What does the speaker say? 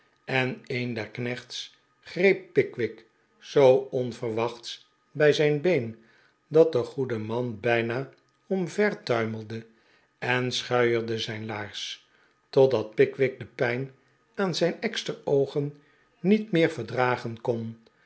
en een der knechts greep pickwick zoo onverwachts bij zijn been dat de gocde man bijna omvertuimelde en schuierde zijn laars totdat pickwick de pijn aan zijn eksteroogen niet meer verdragen kon